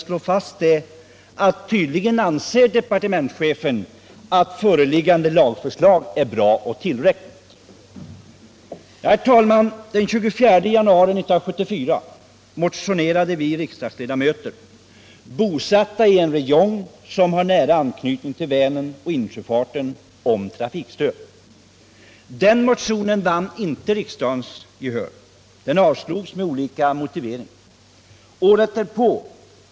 Departementschefen anser tydligen att föreliggande lagförslag är bra och tillräckligt. Den 24 januari 1974 motionerade vi riksdagsledamöter, bosatta i en räjong som har nära anknytning till Vänern och insjöfarten, om trafikstöd. Den motionen vann inte riksdagens gehör utan avslogs med olika motiveringar. Vi motionärer återkom året därpå.